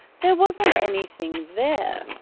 there wasn't anything there.